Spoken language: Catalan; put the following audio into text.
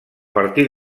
partir